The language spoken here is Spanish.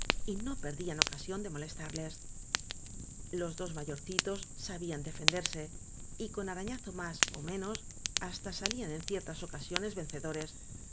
y no perdían ocasión de molestarles los dos mayorcitos sabían defenderse y con arañazo más ó menos hasta salían en cier áñ tas ocasiones vencedores